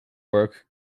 work